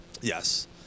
Yes